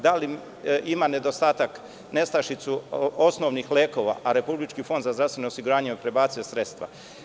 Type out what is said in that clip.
Da li ima nedostatak, nestašicu osnovnih lekova, a Republički fond za zdravstveno osiguranje je prebacio sredstva.